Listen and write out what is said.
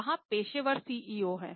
वहाँ पेशेवर सीईओ हैं